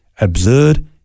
absurd